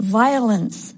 violence